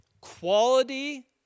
quality